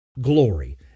glory